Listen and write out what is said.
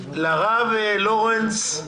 פינדרוס,